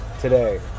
today